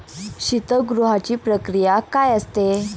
शीतगृहाची प्रक्रिया काय असते?